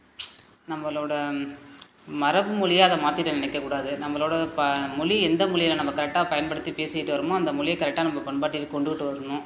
நம்மளோட மரபு மொழியாக அதை மாற்றிட நினைக்க கூடாது நம்மளோட ப மொழி எந்த மொழிய நம்ம கரெக்டாக பயன்படுத்தி பேசிகிட்டு வர்றமோ அந்த மொழிய கரெக்டாக நம்ப பண்பாடுபாட்டில் கொண்டுகிட்டு வரணும்